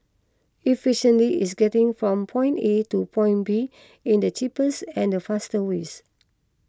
efficiency is getting from point A to point B in the cheapest and fastest ways